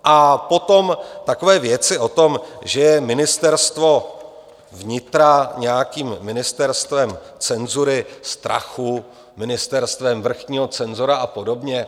A potom takové věci o tom, že je Ministerstvo vnitra nějakým ministerstvem cenzury, strachu, ministerstvem vrchního cenzora a podobně.